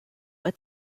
with